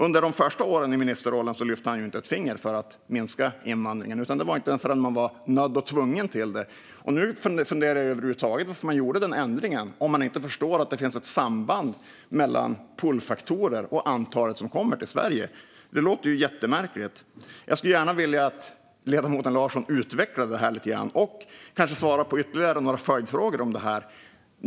Under de första åren i ministerrollen lyfte han ju inte ett finger för att minska invandringen. Det hände inte förrän man var nödd och tvungen till det. Nu funderar jag på varför man över huvud taget gjorde den ändringen om man inte förstår att det finns ett samband mellan pullfaktorer och antalet som kommer till Sverige. Det låter jättemärkligt, och jag skulle gärna vilja att ledamoten Larsson utvecklade det lite grann och kanske svarade på ytterligare några följdfrågor om det här.